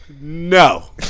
No